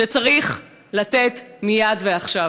שצריך לתת מייד ועכשיו.